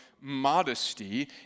modesty